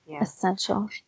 essential